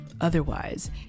otherwise